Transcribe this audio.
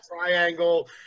triangle